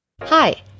Hi